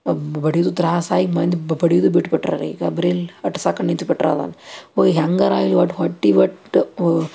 ಬಡಿಯುದು ತ್ರಾಸು ಆಗಿ ಮಂದಿ ಬಡಿಯುದು ಬಿಟ್ಟು ಬಿಟ್ಟರಲ್ಲ ಈಗ ಬರೀ ಲಟ್ಸಕ್ಕ ನಿಂತು ಬಿಟ್ಟರಲ್ಲ ಹ್ಯಾಂಗಾರೂ ಆಗ್ಲಿ ಒಟ್ಟು ಹೊಟ್ಟೆ ಒಟ್ಟು